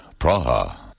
Praha